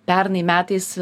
pernai metais